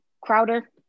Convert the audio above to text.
Crowder